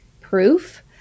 proof